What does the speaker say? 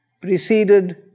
preceded